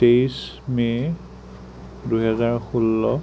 তেইছ মে দুহেজাৰ ষোল্ল